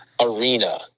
arena